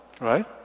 right